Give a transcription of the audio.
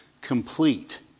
complete